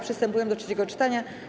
Przystępujemy do trzeciego czytania.